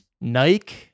Nike